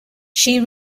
she